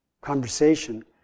conversation